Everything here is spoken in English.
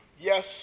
yes